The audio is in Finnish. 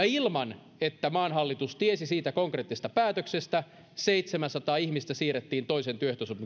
ilman että hallitus tiesi konkreettisesti päätöksestä seitsemänsataa ihmistä siirrettiin toisen